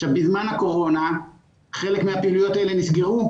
בזמן הקורונה חלק מהפעילויות האלו נסגרו.